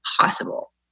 possible